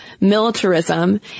militarism